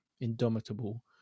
indomitable